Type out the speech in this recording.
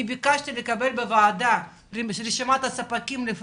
ביקשתי לקבל בוועדה את רשימת הספקים לפי